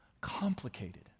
complicated